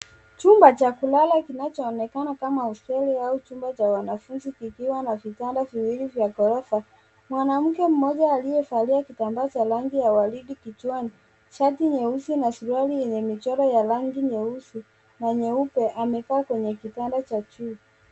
Chumba cha kulala kinachoonekana kama hosteli au chumba cha wanafunzi kikiwa na vitanda viwili vya ghorofa. Mwanamke mmoja aliyevalia kitambaa cha rangi ya waridi kichwani, shati nyeupe na suruali yenye michoro ya rangi nyeusi na nyeupe amekaa kwenye kitanda cha juu.